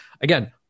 Again